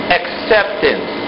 acceptance